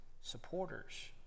supporters